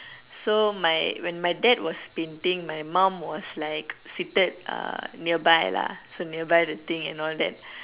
so my when my dad was painting my mom was like seated uh nearby lah so nearby the thing and all that